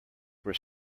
were